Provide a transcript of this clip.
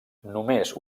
només